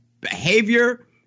behavior